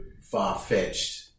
far-fetched